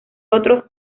otros